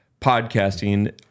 podcasting